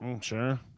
Sure